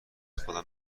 خود